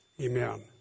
Amen